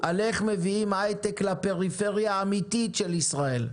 שאומרת איך מביאים הייטק לפריפריה האמיתית של ישראל.